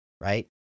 right